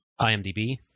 IMDb